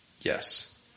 Yes